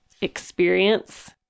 experience